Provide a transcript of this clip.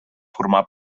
formà